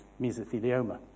mesothelioma